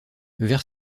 vers